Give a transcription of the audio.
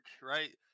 right